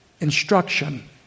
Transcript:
instruction